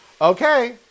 Okay